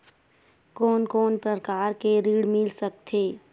कोन कोन प्रकार के ऋण मिल सकथे?